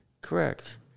Correct